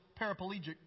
paraplegic